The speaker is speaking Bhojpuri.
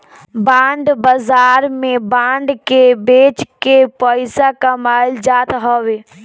बांड बाजार में बांड के बेच के पईसा कमाईल जात हवे